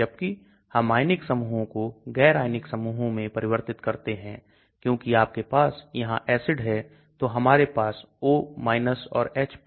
जैसा कि आप प्लाज्मा में 0001 माइक्रोग्राम प्रति मिलीलीटर से 007 तक देख सकते हैं इसलिए बड़ी वृद्धि हुई है इसलिए LogP को बदलकर या इसे हाइड्रोफिलिक में सुधार किया जाएगा